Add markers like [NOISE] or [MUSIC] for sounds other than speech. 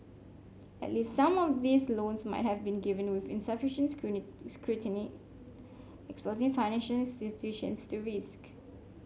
at least some of these loans might have been given with insufficient [UNINTELLIGIBLE] scrutiny exposing financial institutions to risk